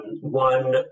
One